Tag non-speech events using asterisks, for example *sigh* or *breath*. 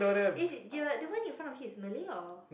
*breath* is the one in front of him is Malay or